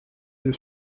lui